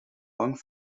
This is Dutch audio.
bang